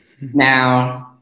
Now